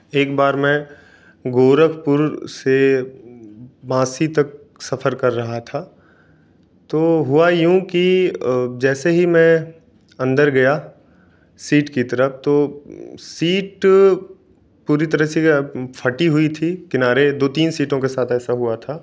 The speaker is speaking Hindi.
एक बार मैं गोरखपूर से वासी तक सफ़र कर रहा था तो हुआ यूँ कि जैसे ही मैं अंदर गया सीट की तरफ़ तो सीट पूरी तरह से फटी हुई थी किनारे दो तीन सीटों के साथ ऐसा हुआ था